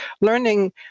learning